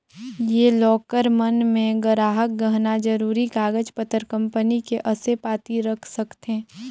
ये लॉकर मन मे गराहक गहना, जरूरी कागज पतर, कंपनी के असे पाती रख सकथें